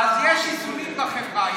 אז יש איזונים בחברה.